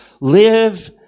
live